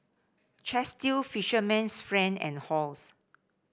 Chesdale Fisherman's Friend and Halls